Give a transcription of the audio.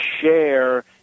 share